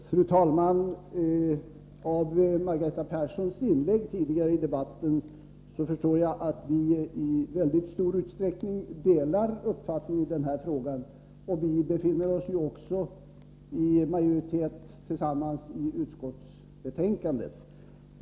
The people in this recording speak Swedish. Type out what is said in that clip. Fru talman! Av Margareta Perssons inlägg tidigare i debatten förstår jag att vi i väldigt stor utsträckning delar uppfattning i den här frågan. Vi befinner oss också i majoritet tillsammans i utskottet.